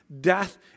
death